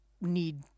need